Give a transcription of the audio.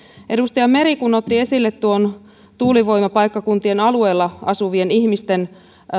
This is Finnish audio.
edustaja meri otti esille tuulivoimapaikkakuntien alueella asuvien ihmisten